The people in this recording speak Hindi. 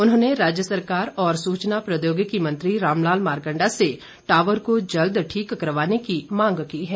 उन्होंने राज्य सरकार और सूचना प्रौद्योगिकी मंत्री रामलाल मारकंडा से टॉवर को जल्द ठीक करवाने की मांग की है